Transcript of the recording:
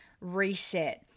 reset